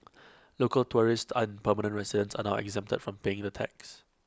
local tourists and permanent residents are now exempted from paying the tax